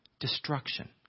destruction